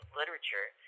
literature